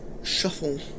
shuffle